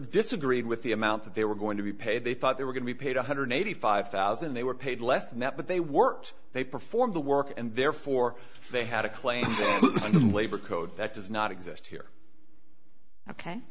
disagreed with the amount that they were going to be paid they thought they were going to be paid one hundred eighty five thousand they were paid less than that but they worked they performed the work and therefore they had a claim on the labor code that does not exist here ok